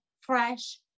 fresh